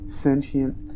sentient